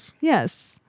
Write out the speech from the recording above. Yes